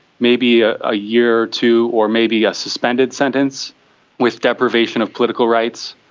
maybe ah a year or two or maybe a suspended sentence with deprivation of political rights.